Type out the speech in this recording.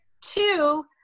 two